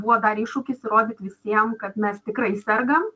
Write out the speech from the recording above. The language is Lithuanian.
buvo dar iššūkis įrodyt visiem kad mes tikrai sergam